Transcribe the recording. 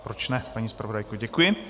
Proč ne, paní zpravodajko, děkuji.